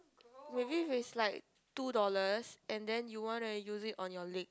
maybe if it's like two dollars and then you wanna use it on your leg